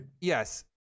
Yes